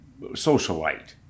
socialite